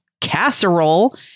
casserole